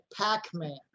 Pac-Man